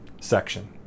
section